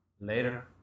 Later